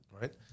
right